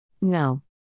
No